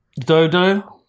Dodo